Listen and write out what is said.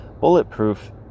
bulletproof